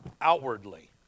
outwardly